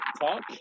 talk